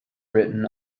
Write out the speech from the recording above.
written